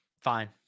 Fine